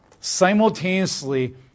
simultaneously